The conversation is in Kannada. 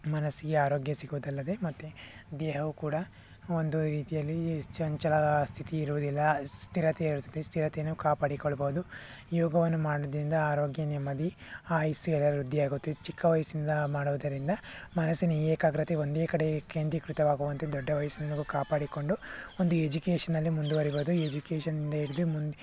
ಮನಸ್ಸಿಗೆ ಆರೋಗ್ಯ ಸಿಗುವುದಲ್ಲದೆ ಮತ್ತೆ ದೇಹವೂ ಕೂಡ ಒಂದು ರೀತಿಯಲ್ಲಿ ಈ ಚಂಚಲ ಸ್ಥಿತಿ ಇರುವುದಿಲ್ಲ ಸ್ಥಿರತೆ ಇರುತ್ತದೆ ಸ್ಥಿರತೆಯನ್ನು ಕಾಪಾಡಿಕೊಳ್ಳಬಹುದು ಇವುಗಳನ್ನು ಮಾಡುವುದರಿಂದ ಆರೋಗ್ಯ ನೆಮ್ಮದಿ ಆಯುಸ್ಸು ಎಲ್ಲ ವೃದ್ಧಿ ಆಗುತ್ತೆ ಚಿಕ್ಕ ವಯಸ್ಸಿನಿಂದ ಮಾಡುವುದರಿಂದ ಮನಸ್ಸಿನ ಏಕಾಗ್ರತೆ ಒಂದೇ ಕಡೆ ಕೇಂದ್ರೀಕೃತವಾಗುವಂತೆ ದೊಡ್ಡ ವಯಸ್ಸಿನವರೆಗೂ ಕಾಪಾಡಿಕೊಂಡು ಒಂದು ಎಜುಕೇಷನಲ್ಲಿ ಮುಂದುವರೀಬೋದು ಎಜುಕೇಷನಿಂದ ಹಿಡಿದು ಮುಂದೆ